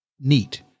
neat